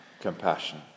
Compassion